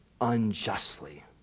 unjustly